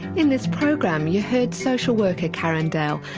in this program you heard social worker karen dell,